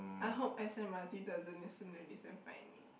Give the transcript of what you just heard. I hope s_m_r_t doesn't listen to this and fine me